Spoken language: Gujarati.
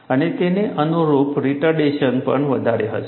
અને તેને અનુરૂપ રિટર્ડેશન પણ વધારે હશે